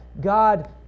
God